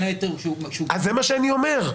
זה מה שאני אומר.